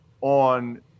on